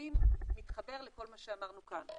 התשלומים מתחבר לכל מה שאמרנו כאן.